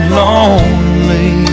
lonely